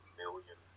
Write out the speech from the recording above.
million